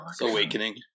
Awakening